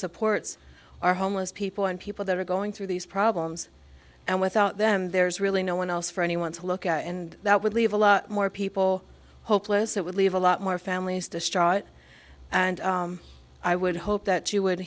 supports our homeless people and people that are going through these problems and without them there's really no one else for anyone to look at and that would leave a lot more people hopeless it would leave a lot more families distraught and i would hope that you would